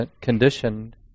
conditioned